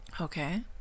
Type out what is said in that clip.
Okay